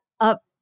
up